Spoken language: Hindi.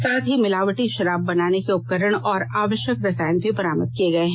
साथ ही मिलावटी शराब बनाने के उपकरण और आवश्यक रसायन भी बरामद किए गए है